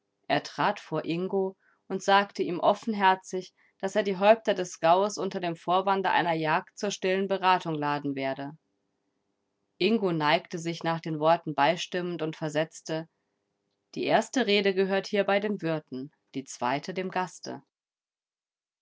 er trat vor ingo und sagte ihm offenherzig daß er die häupter des gaues unter dem vorwande einer jagd zu stiller beratung laden werde ingo neigte sich nach den worten beistimmend und versetzte die erste rede gehört hierbei den wirten die zweite dem gaste